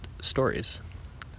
stories